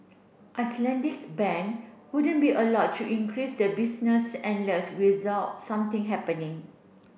Icelandic bank wouldn't be allowed to increase the business endless without something happening